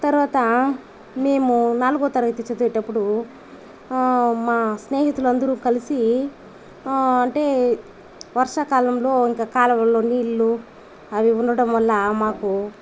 తర్వాత మేము నాలుగో తరగతి చదివేటప్పుడు మా స్నేహితులందరూ కలిసి అంటే వర్షాకాలంలో ఇంకా కాలవల్లో నీళ్ళు అవి ఉంటాడటం వల్ల మాకు